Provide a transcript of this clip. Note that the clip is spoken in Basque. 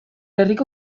herriko